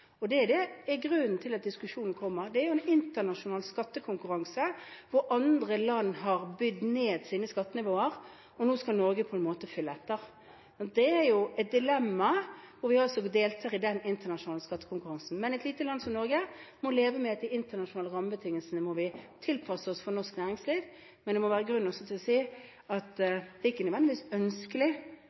er så positivt. Det er grunnen til at diskusjonen kommer. Det er jo internasjonal skattekonkurranse, hvor andre land har bydd ned sine skattenivåer, og nå skal Norge på en måte følge etter. Det er jo et dilemma, hvor vi altså deltar i den internasjonale skattekonkurransen. Et lite land som Norge må leve med at de internasjonale rammebetingelsene må tilpasses norsk næringsliv. Men det må også være grunn til at si at det er ikke nødvendigvis ønskelig,